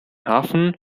hafen